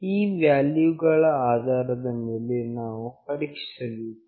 ಆ ವ್ಯಾಲ್ಯೂಗಳ ಆಧಾರದ ಮೇಲೆ ನಾವು ಪರೀಕ್ಷಿಸಬೇಕು